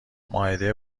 مائده